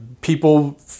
people